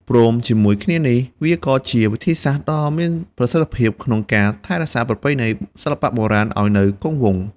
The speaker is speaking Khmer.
ព្រមជាមួយគ្នានេះ វាក៏ជាវិធីសាស្ត្រដ៏មានប្រសិទ្ធភាពក្នុងការ ថែរក្សាប្រពៃណី សិល្បៈបុរាណឱ្យនៅគង់វង្ស។